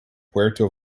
puerto